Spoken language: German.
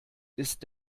ist